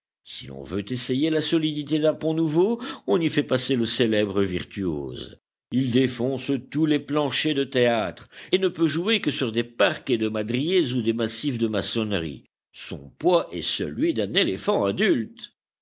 si l'on veut essayer la solidité d'un pont nouveau on y fait passer le célèbre virtuose il défonce tous les planchers de théâtre et ne peut jouer que sur des parquets de madriers ou des massifs de maçonnerie son poids est celui d'un éléphant adulte